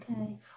Okay